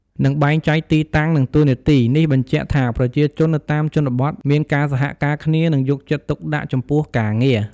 និងបែងចែកទីតាំងនិងតួនាទី នេះបញ្ជាក់ថាប្រជាជននៅតាមជនបទមានការសហការគ្នានិងយកចិត្តទុកដាក់ចំពោះការងារ។